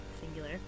singular